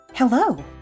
Hello